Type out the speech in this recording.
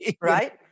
Right